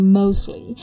mostly